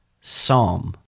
Psalm